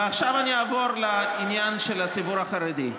ועכשיו אני אעבור לעניין של הציבור החרדי.